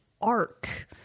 arc